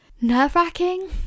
nerve-wracking